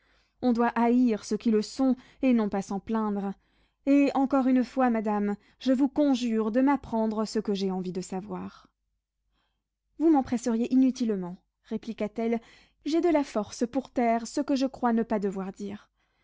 on doit haïr ceux qui le sont et non pas s'en plaindre et encore une fois madame je vous conjure de m'apprendre ce que j'ai envie de savoir vous m'en presseriez inutilement répliqua-t-elle j'ai de la force pour taire ce que je crois ne pas devoir dire